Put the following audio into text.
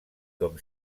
com